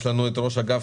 ביקשתי לדעת